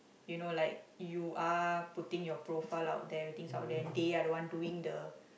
you know like you are putting your profile out there waiting out there they are the one doing the